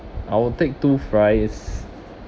I'll take two fries